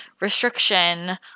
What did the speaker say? restriction